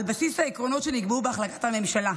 על בסיס העקרונות שנקבעו בהחלטת הממשלה.